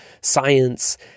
science